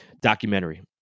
documentary